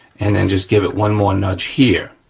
and then just give it one more nudge here,